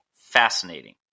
Fascinating